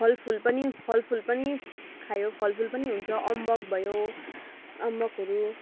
फल फुल पनि फल फुल पनि खायो फल फुल पनि हुन्छ अम्बक भयो अम्बकहरू